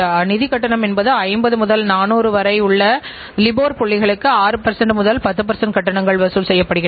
நிர்வாக கணக்கியல் சார்ந்த கோட்பாடுகள் இந்த நிர்வாக கட்டுப்பாட்டு முறைக்கு பயன்படுத்தப்படுகின்றது